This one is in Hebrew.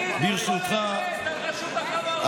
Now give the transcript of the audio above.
ברשותך,